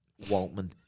Waltman